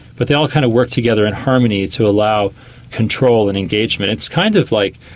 but they all kind of work together in harmony to allow control and engagement. it's kind of like,